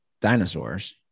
dinosaurs